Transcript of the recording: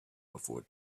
before